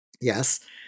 Yes